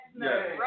Yes